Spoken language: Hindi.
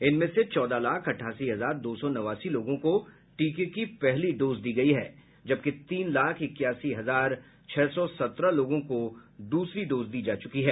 इनमें से चौदह लाख अठासी हजार दो सौ नवासी लोगों को टीके की पहली डोज दी गयी है जबकि तीन लाख इक्यासी हजार छह सौ सत्रह लोगों को द्रसरी डोज दी जा चुकी है